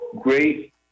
great